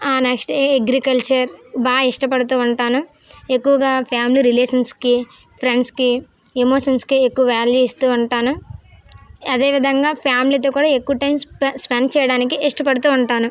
అ next agriculture బాగా ఇష్టపడుతూ ఉంటాను ఎక్కువగా ఫ్యామిలీ రిలేషన్స్కి ఫ్రెండ్స్కి ఎమోషన్స్కి ఎక్కువ వాల్యూ ఇస్తూ ఉంటాను అదే విదంగా ఫ్యామిలీతో కూడా ఎక్కువ టైమ్ స్పెండ్ చేయడానికి ఇష్ట పడుతూ ఉంటాను